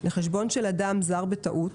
לחשבון של אדם זר בטעות,